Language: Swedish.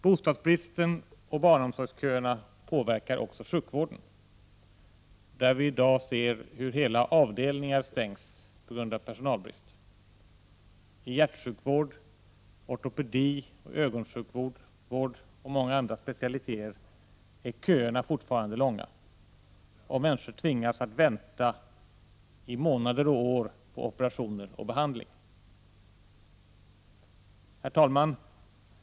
Bostadsbristen och barnomsorgsköerna påverkar också sjukvården, där vi i dag ser hur hela avdelningar stängs på grund av personalbrist. När det gäller hjärtsjukvård, ortopedi, ögonsjukvård och många andra specialiteter är köerna fortfarande långa. Människor tvingas vänta i månader och år på operationer och behandling. Herr talman!